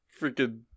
freaking